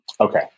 Okay